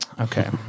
Okay